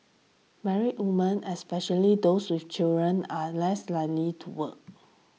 married women especially those with children are less likely to work